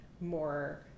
more